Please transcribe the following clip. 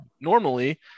normally